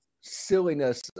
silliness